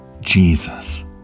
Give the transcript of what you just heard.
Jesus